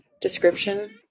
description